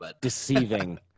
deceiving